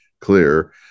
clear